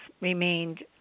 remained